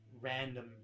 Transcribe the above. random